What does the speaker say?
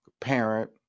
parent